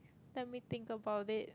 let me think about it